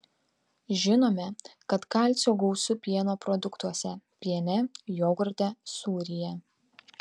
žinome kad kalcio gausu pieno produktuose piene jogurte sūryje